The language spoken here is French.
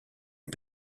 aux